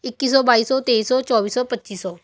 ਇੱਕੀ ਸੋ ਬਾਈ ਸੋ ਤੇਈ ਸੋ ਚੌਵੀ ਸੋ ਪੱਚੀ ਸੋ